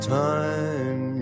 time